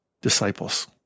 disciples